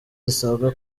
zisabwa